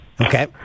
Okay